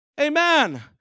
Amen